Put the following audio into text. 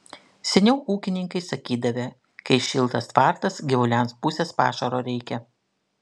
seniau ūkininkai sakydavę kai šiltas tvartas gyvuliams pusės pašaro reikia